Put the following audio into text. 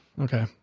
Okay